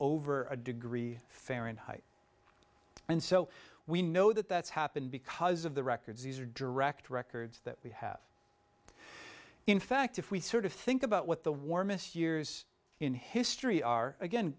over a degree fahrenheit and so we know that that's happened because of the records these are direct records that we have in fact if we sort of think about what the warmest years in history are again